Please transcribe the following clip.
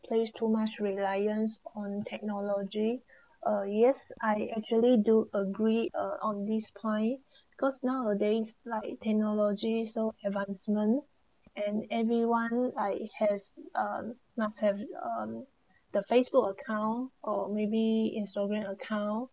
place too much reliance on technology uh yes I actually do agree uh on this point cause nowadays like technology so advancement and everyone like has uh must have um the facebook account or maybe instagram account